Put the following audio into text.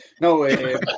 No